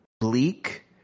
bleak